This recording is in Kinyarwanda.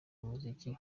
umuziki